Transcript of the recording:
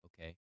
Okay